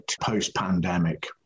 post-pandemic